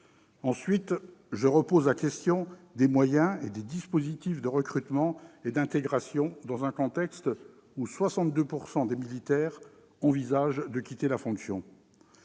Ensuite, je repose la question des moyens et des dispositifs de recrutement et d'intégration dans un contexte où 62 % des militaires envisagent de quitter la fonction.